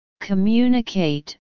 communicate